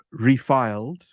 refiled